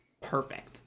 perfect